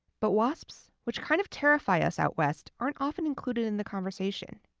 but wasps, which kind of terrify us out west, aren't often included in the conversation.